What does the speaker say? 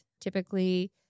Typically